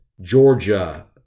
Georgia